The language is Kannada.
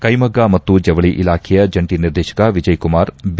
ಕೈಮಗ್ಗ ಮತ್ತು ಜವಳಿ ಇಲಾಖೆಯ ಜಂಟಿ ನಿರ್ದೇಶಕ ವಿಜಯ್ ಕುಮಾರ್ ಬಿ